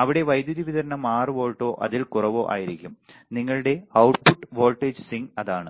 അവിടെ വൈദ്യുതി വിതരണം 6 വോൾട്ടോ അതിൽ കുറവോ ആയിരിക്കും നിങ്ങളുടെ output വോൾട്ടേജ് സ്വിംഗ് അതാണ്